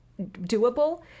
doable